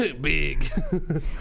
Big